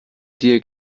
dir